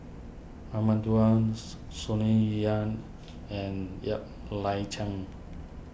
Raman Daud Sonny Yap and Ng Liang Chiang